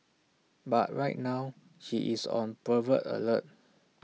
but right now she is on pervert alert